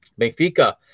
Benfica